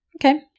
Okay